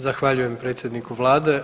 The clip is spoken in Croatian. Zahvaljujem predsjedniku Vlade.